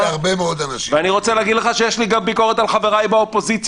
אני רוצה להגיד לך שיש לי ביקורת גם על חבריי באופוזיציה,